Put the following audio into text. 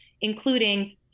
including